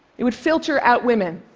it would filter out women